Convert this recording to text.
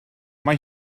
mae